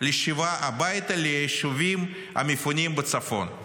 לשיבה הביתה ליישובים המפונים בצפון.